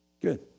Good